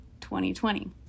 2020